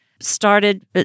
started